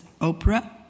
Oprah